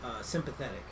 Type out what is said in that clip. sympathetic